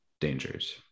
dangers